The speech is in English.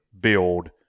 build